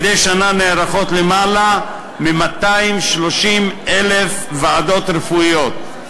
מדי שנה נערכות למעלה מ-230,000 ועדות רפואיות.